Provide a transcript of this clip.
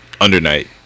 Undernight